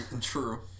True